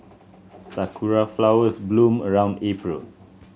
sakura flowers bloom around April